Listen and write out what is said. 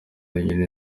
wenyine